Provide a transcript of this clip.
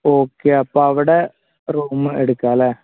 okay അപ്പോള് അവിടെ room എടുക്കാമല്ലേ